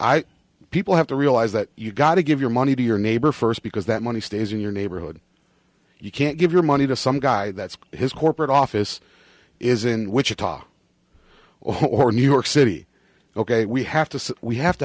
i people have to realize that you've got to give your money to your neighbor first because that money stays in your neighborhood you can't give your money to some guy that's his corporate office is in wichita or new york city ok we have to we have to